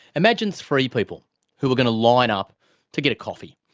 imagine three people who are going to line up to get a coffee.